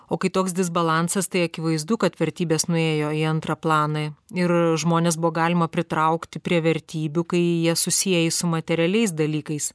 o kai toks disbalansas tai akivaizdu kad vertybės nuėjo į antrą planą ir žmones buvo galima pritraukt prie vertybių kai jie susiję su materialiais dalykais